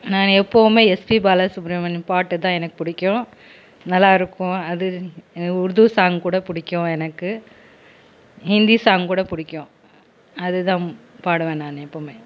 நான் எப்பவுமே எஸ்பி பாலசுப்ரமணி பாட்டுதான் எனக்கு பிடிக்கும் நல்லா இருக்கும் அது உர்து சாங்க் கூட பிடிக்கும் எனக்கு ஹிந்தி சாங்க் கூட பிடிக்கும் அதுதான் பாடுவேன் நான் எப்போவுமே